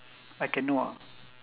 I can know ah